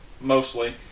mostly